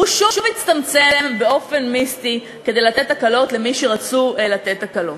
והוא שוב הצטמצם באופן מיסטי כדי לתת הקלות למי שרצו לתת הקלות.